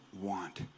want